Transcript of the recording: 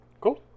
Cool